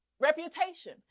reputation